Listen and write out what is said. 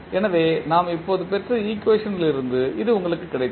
எனவே நாம் இப்போது பெற்ற ஈக்குவேஷன்லிருந்து இது உங்களுக்குக் கிடைத்தது